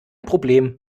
problem